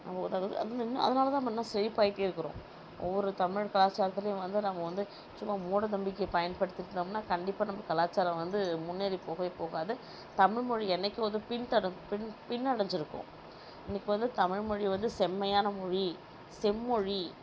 அதனாலதான் நம்ப இன்னும் செழிப்பாயிகிட்டே இருக்கிறோம் ஒவ்வொரு தமிழ் கலாச்சாரத்திலையும் வந்து நம்ம வந்து சும்மா மூட நம்பிக்கையை பயன்படுத்தி இருந்தோம்னா கண்டிப்பாக நம்ப கலாச்சாரம் வந்து முன்னேறி போகவே போகாது தமிழ்மொழி என்றைக்கோ வந்து பின் தொடர்ந்து பின் பின் அடைஞ்சுருக்கும் இன்றைக்கி வந்து தமிழ்மொழி வந்து செம்மையான மொழி செம்மொழி